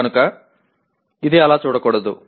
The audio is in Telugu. కనుక ఇది అలా చూడకూడదు